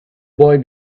boy